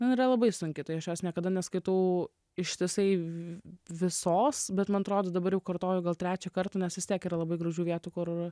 na jinai yra labai sunki tai aš jos niekada neskaitau ištisai visos bet man atrodo dabar kartoju gal trečią kartą nes vis tiek yra labai gražių vietų kur